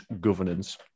governance